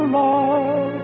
love